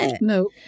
No